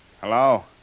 Hello